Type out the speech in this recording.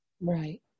Right